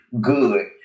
good